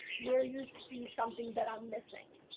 where you see something that i am missing?